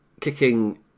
Kicking